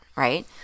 Right